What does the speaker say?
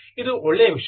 ಇದು ಒಳ್ಳೆಯ ವಿಷಯ